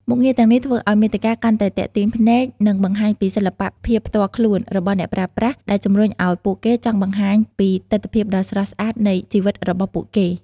មុខងារទាំងនេះធ្វើឱ្យមាតិកាកាន់តែទាក់ទាញភ្នែក និងបង្ហាញពីសិល្បៈភាពផ្ទាល់ខ្លួនរបស់អ្នកប្រើប្រាស់ ដែលជំរុញឱ្យពួកគេចង់បង្ហាញពីទិដ្ឋភាពដ៏ស្រស់ស្អាតនៃជីវិតរបស់ពួកគេ។